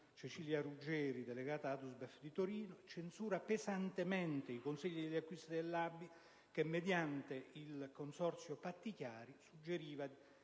Cecilia Ruggeri, delegata ADUSBEF di Torino, censura pesantemente i consigli degli acquisti dell'ABI che, mediante il consorzio Patti Chiari, suggeriva